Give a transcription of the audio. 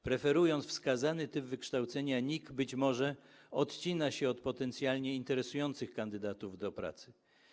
Preferując wskazany typ wykształcenia, NIK być może odcina się od potencjalnie interesujących kandydatów do pracy.